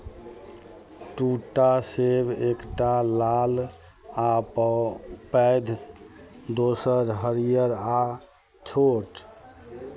दूटा सेब एकटा लाल आ प पैद दोसर हरियर आ छोट